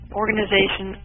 organization